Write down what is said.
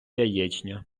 яєчня